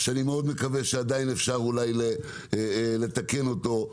שאני מאוד מקווה שעדיין אפשר אולי לתקן אותו,